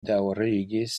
daŭrigis